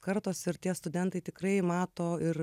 kartos ir tie studentai tikrai mato ir